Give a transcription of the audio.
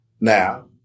Now